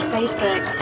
Facebook